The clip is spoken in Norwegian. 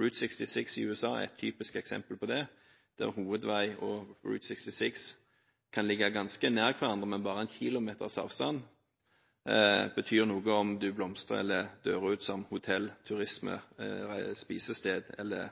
i USA er et typisk eksempel på det. Hovedveien og Route 66 kan ligge ganske nær hverandre, men bare én kilometers avstand betyr noe for om hotell, turisme, spisesteder eller